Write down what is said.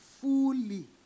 fully